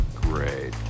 great